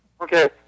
Okay